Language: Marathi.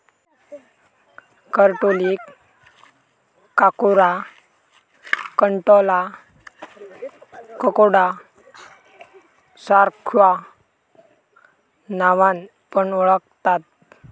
करटोलीक काकोरा, कंटॉला, ककोडा सार्ख्या नावान पण ओळाखतत